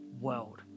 world